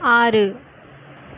ஆறு